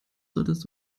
solltest